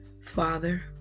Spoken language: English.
Father